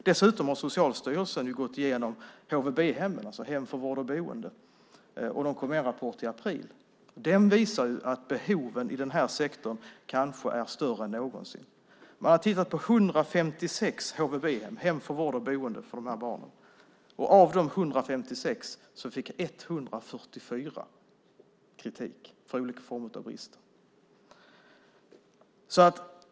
Dessutom har Socialstyrelsen gått igenom HVB - hem för vård och boende. En rapport lades fram i april. Den visar att behoven i den här sektorn kanske är större än någonsin. Man har tittat på 156 HVB - hem för vård och boende - för dessa barn. Av de 156 fick 144 kritik för olika former av brister.